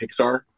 Pixar